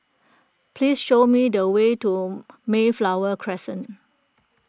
please show me the way to Mayflower Crescent